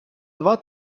два